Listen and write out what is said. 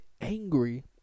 angry